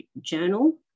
journal